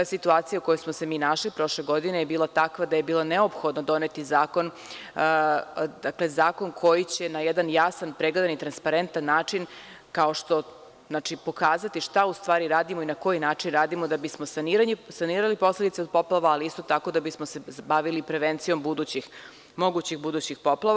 Situacija u kojoj smo se mi našli prošle godine je bila takva da je bilo neophodno doneti zakon, zakon koji će na jedan jasan, pregledan i transparentan način pokazati šta u stvari radimo i na koji način radimo da bismo sanirali posledice od poplava, ali isto tako da bismo se bavili prevencijom mogućih budućih poplava.